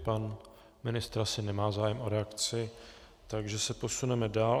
Pan ministr asi nemá zájem o reakci, takže se posuneme dál.